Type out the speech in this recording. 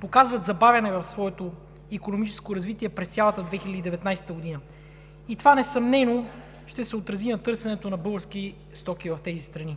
показват забавяне в своето икономическо развитие през цялата 2019 г. и това несъмнено ще се отрази на търсенето на български стоки в тези страни.